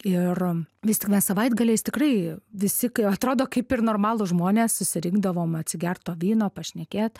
ir vis tik mes savaitgaliais tikrai visi atrodo kaip ir normalūs žmonės susirinkdavom atsigert to vyno pašnekėt